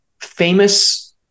famous